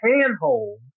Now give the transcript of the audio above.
handhold